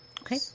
Okay